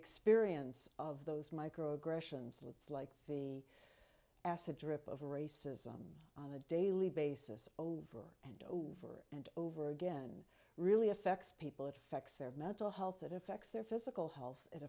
experience of those micro aggressions looks like the acid drip of racism on a daily basis over and over and over again really affects people it affects their mental health it affects their physical health it